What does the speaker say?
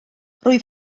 rwyf